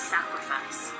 Sacrifice